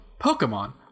pokemon